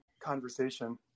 conversation